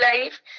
life